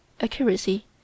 accuracy